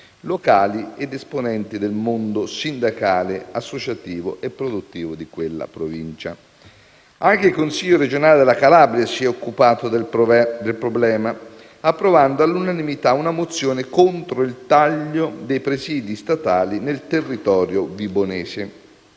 locali ed esponenti del mondo sindacale, associativo e produttivo di quella Provincia. Anche il Consiglio regionale della Calabria si è occupato del problema, approvando all'unanimità una mozione contro il taglio dei presidi statali nel territorio vibonese.